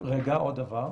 עוד דבר,